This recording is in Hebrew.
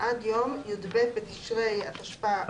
עד יום י״ב בתשרי התשפ״א (30 בספטמבר 2020),